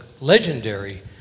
legendary